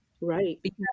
Right